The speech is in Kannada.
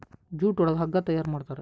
ಜೂಟ್ ಒಳಗ ಹಗ್ಗ ತಯಾರ್ ಮಾಡುತಾರೆ